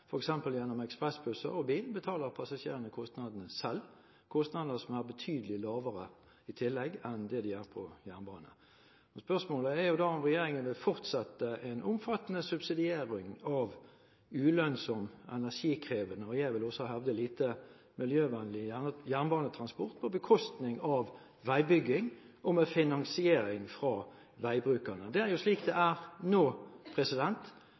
ekspressbusser og bil, betaler passasjerene kostnadene selv. Det er i tillegg kostnader som er betydelig lavere enn det er på jernbane. Spørsmålet er jo da om regjeringen vil fortsette en omfattende subsidiering av ulønnsom, energikrevende og, jeg vil også hevde, lite miljøvennlig jernbanetransport på bekostning av veibygging som finansieres av veibrukerne. Det er jo slik det er nå.